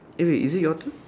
eh wait is it your turn